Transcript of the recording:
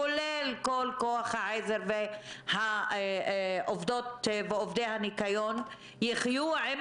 כולל כל כוח העזר ועובדות ועובדי הניקיון יחיו עם